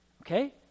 okay